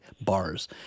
bars